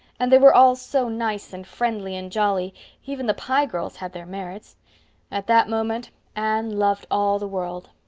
and they were all so nice and friendly and jolly even the pye girls had their merits at that moment anne loved all the world.